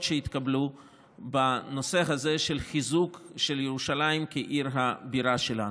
שהתקבלו בנושא הזה של חיזוק של ירושלים כעיר הבירה שלנו.